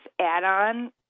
add-on